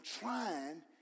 trying